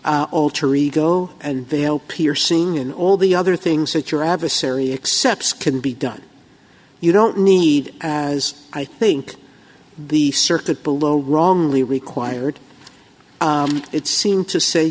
alter ego and veil piercing in all the other things that your adversary accepts can be done you don't need as i think the circuit below wrongly required it seem to say